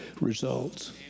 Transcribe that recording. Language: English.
results